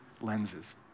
lenses